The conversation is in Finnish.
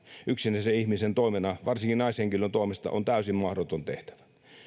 yksinäisen ihmisen toimena varsinkin naishenkilön toimesta on täysin mahdoton tehtävä